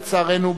לצערנו,